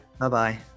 Bye-bye